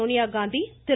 Sonia Gandhi Thiru